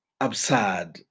absurd